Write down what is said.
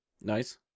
Nice